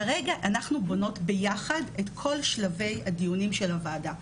כרגע אנחנו בונות ביחד את כל שלבי הדיונים של הוועדה.